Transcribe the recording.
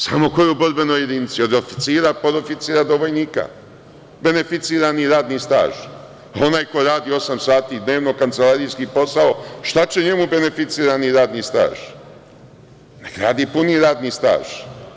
Samo ko je u borbenoj jedinici, od oficira, podoficira, do vojnika – beneficirani radni staž, a onaj ko radi osam sati dnevno kancelarijski posao, šta će njemu beneficirani radni staž, neka radi puni radni staž.